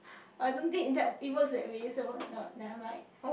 I don't think that it works that way so ne~ nevermind